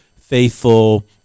faithful